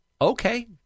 okay